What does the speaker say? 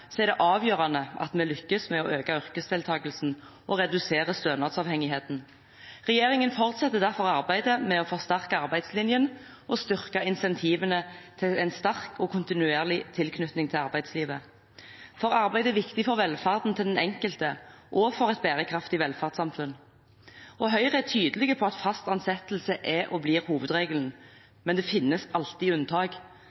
er det avgjørende at vi lykkes med å øke yrkesdeltakelsen og redusere stønadsavhengigheten. Regjeringen fortsetter derfor arbeidet med å forsterke arbeidslinjen og styrke insentivene til en sterk og kontinuerlig tilknytning til arbeidslivet. Arbeid er viktig for velferden til den enkelte og for et bærekraftig velferdssamfunn. Høyre er tydelig på at fast ansettelse er og blir